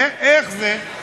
איך זה?